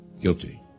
guilty